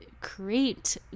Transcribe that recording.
create